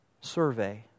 survey